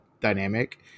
dynamic